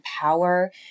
power